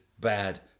bad